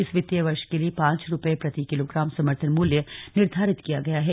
इस वित्तीय वर्ष के लिए पांच रुपये प्रति किलोग्राम समर्थन मूल्य निर्धारित किया गया है